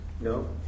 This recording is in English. No